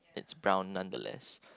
it's brown nonetheless